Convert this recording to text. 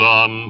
on